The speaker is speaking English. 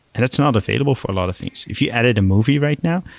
and that's not available for a lot of things. if you added a movie right now,